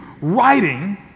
writing